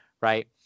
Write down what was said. Right